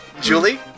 Julie